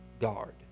guard